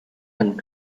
and